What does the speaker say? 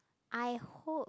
I hope